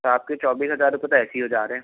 तो आपके चौबीस हजार रुपये तो ऐसे ही हो जा रहे